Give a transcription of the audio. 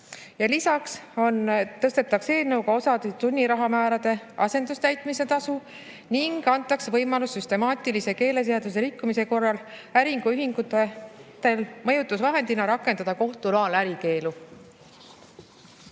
Lisaks tõstetakse eelnõuga osa sunnirahamäärade asendustäitmise tasu ning antakse võimalus süstemaatilise keeleseaduse rikkumise korral äriühingute mõjutusvahendina rakendada kohtu loal ärikeeldu.